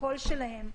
הקול שלהם,